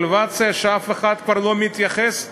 לדוולואציה, שאף אחד כבר לא מתייחס לאי-אמון.